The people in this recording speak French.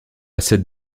cette